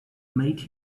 made